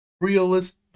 realist